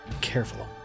careful